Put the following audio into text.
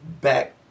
back